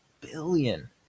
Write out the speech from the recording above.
billion